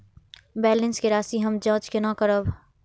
Balance के राशि हम जाँच केना करब?